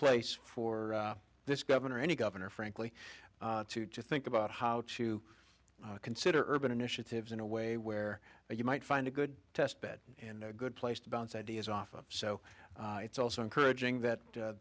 place for this governor or any governor frankly to to think about how to consider urban initiatives in a way where you might find a good test bed and a good place to bounce ideas off of so it's also encouraging